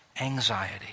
anxiety